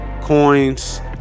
coins